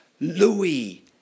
Louis